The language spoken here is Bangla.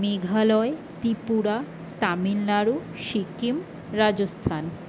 মেঘালয় ত্রিপুরা তামিলনাড়ু সিকিম রাজস্থান